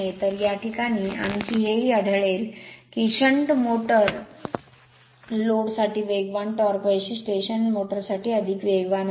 तर या प्रकरणात आणखी हेही आढळेल की शंट मोटार लोड साठी वेगवान टॉर्क वैशिष्ट्ये ही शंट मोटारसाठी अधिक वेगवान आहे